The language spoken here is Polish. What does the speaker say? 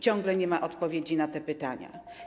Ciągle nie ma odpowiedzi na te pytania.